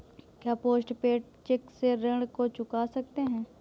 क्या post paid cheque से ऋण को चुका सकते हैं?